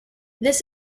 this